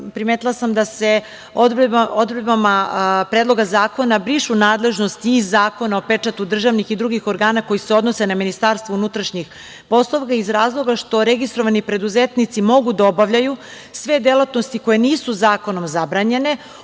primetila sam da se odredbama Predloga zakona brišu nadležnosti iz Zakona o pečatu državnih i drugih organa koji se odnose na Ministarstvo unutrašnjih poslova, iz razloga što registrovani preduzetnici mogu da obavljaju sve delatnosti koje nisu zakonom zabranjene,